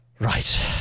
Right